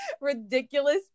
ridiculous